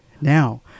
now